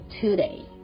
today